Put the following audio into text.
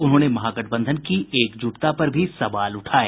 उन्होंने महागठबंधन की एकजुटता पर भी सवाल उठाये